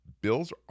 bills